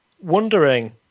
wondering